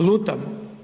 Lutamo.